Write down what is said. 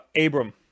Abram